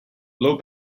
low